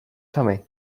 sami